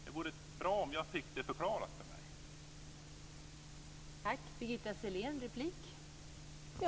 Det vore bra om jag fick det förklarat för mig.